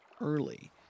early